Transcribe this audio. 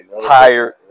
tired